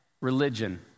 religion